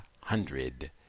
hundred